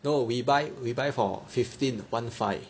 no we buy we buy for fifteen one five